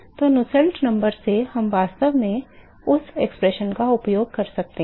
तो नुसेल्ट संख्या से हम वास्तव में उस अभिव्यक्ति का उपयोग कर सकते हैं